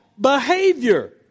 behavior